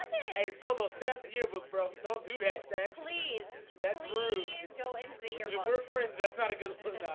hey, so most at the yearbook bro, don't do that back, please that's rude go into the air we're friends. that's not a good look